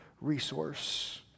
resource